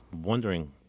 wondering